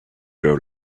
grow